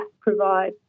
provide